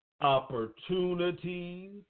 opportunities